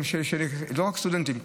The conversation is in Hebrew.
ולא רק סטודנטים,